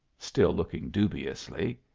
still looking dubiously.